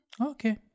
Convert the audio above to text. Okay